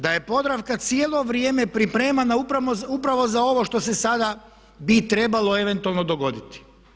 Da je Podravka cijelo vrijeme pripremana upravo za ovo što se sada bi trebalo eventualno dogoditi.